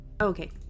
Okay